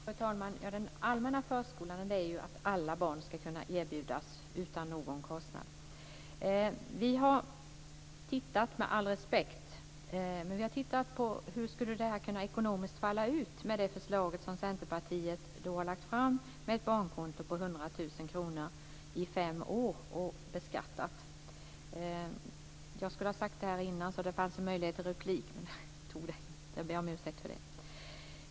Fru talman! Den allmänna förskolan ska alla barn kunna erbjudas utan någon kostnad. Vi har med all respekt tittat närmare på hur det förslag som Centerpartiet har lagt fram skulle kunna falla ut ekonomiskt. Det är ett beskattat barnkonto på Jag skulle ha sagt det här innan så att det fanns en möjlighet till replik, jag ber om ursäkt för det.